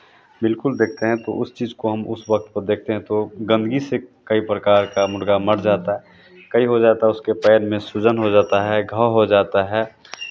बिल्कुल देखते हैं तो उस चीज़ को हम उस वक्त पर देखते हैं तो गंदगी से कई प्रकार का मुर्गा मर जाता है कई हो जाता उसके पैर में सूजन हो जाता है घाव हो जाता है